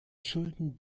schulden